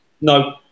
No